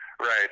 Right